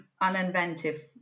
uninventive